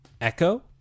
Echo